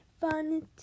fun